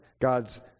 God's